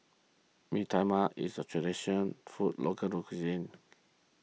Bee Tai Mak is a traditional food local lo cuisine